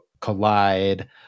Collide